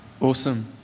Awesome